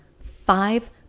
five